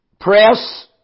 Press